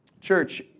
Church